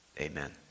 Amen